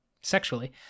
sexually